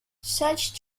such